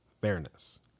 Fairness